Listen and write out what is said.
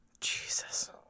Jesus